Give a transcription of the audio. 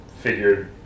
figured